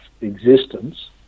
existence